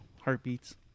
Heartbeats